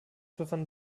befanden